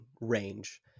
range